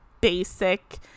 basic